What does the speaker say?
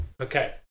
Okay